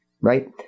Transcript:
Right